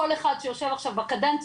כל אחד שיושב עכשיו בקדנציה,